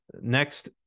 Next